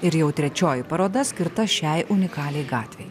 ir jau trečioji paroda skirta šiai unikaliai gatvei